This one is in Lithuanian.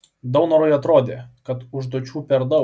daunorui atrodė kad užduočių per daug